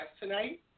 tonight